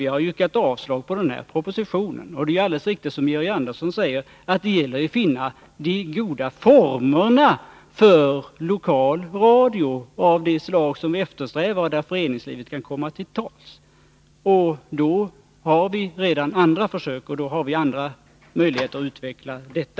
Vi har yrkat avslag på propositionen. Det är alldeles riktigt som Georg Andersson säger att det gäller att finna de goda formerna för lokalradio av det slag som vi eftersträvar, där föreningslivet kan komma till tals. Vi har redan andra möjligheter att utveckla detta.